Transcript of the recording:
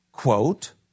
Quote